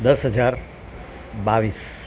દસ હજાર બાવીસ